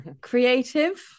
Creative